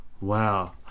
Wow